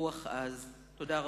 רוח עז." תודה רבה.